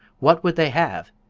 what would they have?